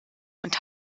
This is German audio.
und